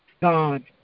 God